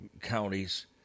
counties